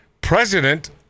President